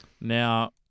Now